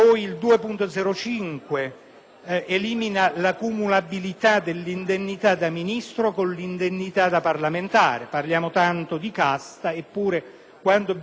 elimina la cumulabilità dell'indennità da Ministro con quella da parlamentare. Si parla tanto di "casta" eppure, quando bisogna votare questi emendamenti